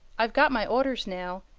i've got my orders now,